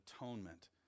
atonement